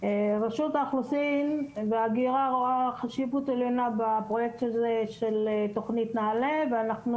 רשות האוכלוסין וההגירה רואה חשיבות עליונה בתוכנית נעל"ה ואנחנו